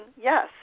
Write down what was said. yes